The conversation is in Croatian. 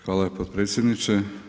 Hvala potpredsjedniče.